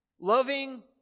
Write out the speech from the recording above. loving